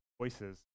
voices